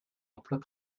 emplois